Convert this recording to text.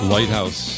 Lighthouse